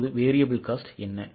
இப்போது VC என்ன